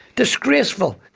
disgraceful.